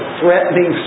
threatening